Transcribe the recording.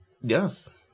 yes